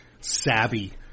savvy